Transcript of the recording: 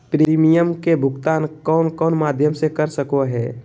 Premium के भुक्तान कौन कौन माध्यम से कर सको है?